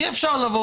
בואו